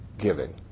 giving